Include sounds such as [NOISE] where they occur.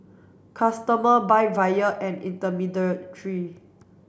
customer buy via an [UNINTELLIGIBLE]